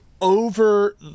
over